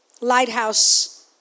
Lighthouse